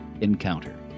Encounter